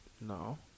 no